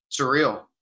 Surreal